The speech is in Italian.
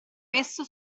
messo